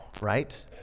right